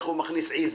איך הוא מכניס עיזה.